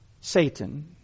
Satan